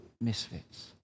misfits